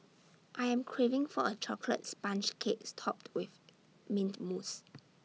I am craving for A chocolate sponge cakes topped with Mint Mousse